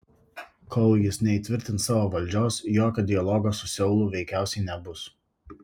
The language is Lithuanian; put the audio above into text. kol jis neįtvirtins savo valdžios jokio dialogo su seulu veikiausiai nebus